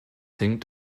hinkt